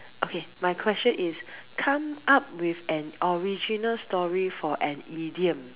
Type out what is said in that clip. okay my question is come up with an original story for an idiom